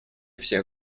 всех